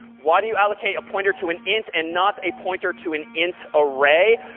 why do you allocate a pointer to an int and not a pointer to an int array?